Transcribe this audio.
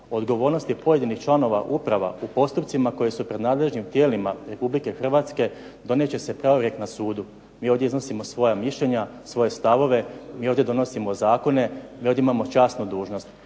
odgovornost je pojedinih članova uprava u postupcima koje su pred nadležnim tijelima Republike Hrvatske donijet će se pravorijek na sudu. Mi ovdje iznosimo svoja mišljenja, svoje stavove, mi ovdje donosimo zakone, mi ovdje imamo časnu dužnost.